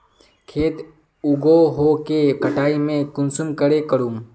खेत उगोहो के कटाई में कुंसम करे करूम?